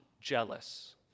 jealous